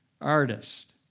artist